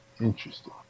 Interesting